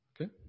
Okay